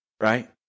right